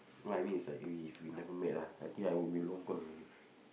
no I mean it's like we if we never met ah I think I will be